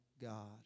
God